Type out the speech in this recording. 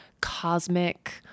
cosmic